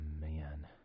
man